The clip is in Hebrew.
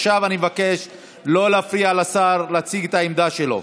עכשיו אני מבקש לא להפריע לשר להציג את העמדה שלו.